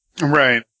right